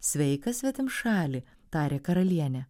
sveikas svetimšali tarė karalienė